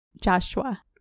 Joshua